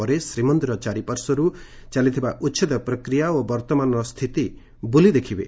ପରେ ଶ୍ରୀମନ୍ଦିର ଚାରିପାର୍ଶ୍ୱରୁ ଚାଲିଥିବା ଉଛେଦ ପ୍ରକ୍ରିୟା ଓ ବର୍ଉମାନର ସ୍ଥିତି ବୁଲି ଦେଖିବେ